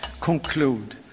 conclude